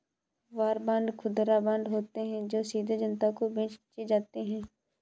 war bond खुदरा bond होते हैं जो सीधे जनता को बेचे जाते हैं